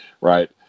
right